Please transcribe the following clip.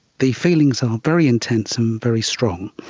the feelings are very intense and very strong.